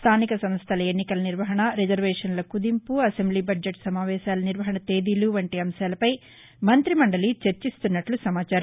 స్దానిక సంస్లల ఎన్నికల నిర్వహణ రిజర్వేషన్ల కుదింపు అసెంబ్లీ బడ్జెట్ సమావేశాల నిర్వహణ తేదీలు వంటి అంశాలపై మంతి మండలి చర్చిస్తున్నట్ల సమాచారం